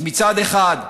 אז מצד אחד,